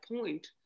point